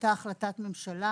הייתה החלטת ממשלה